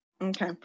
Okay